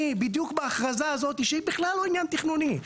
אני בדיוק בהכרזה הזאת שהיא בכלל לא עניין תכנוני,